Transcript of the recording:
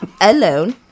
alone